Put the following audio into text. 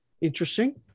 Interesting